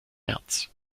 märz